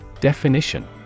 Definition